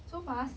so fast